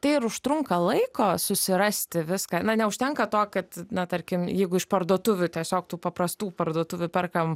tai ir užtrunka laiko susirasti viską na neužtenka to kad na tarkim jeigu iš parduotuvių tiesiog tų paprastų parduotuvių perkam